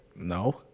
No